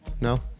No